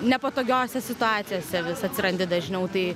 nepatogiose situacijose vis atsirandi dažniau tai